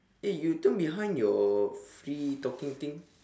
eh you turn behind your free talking thing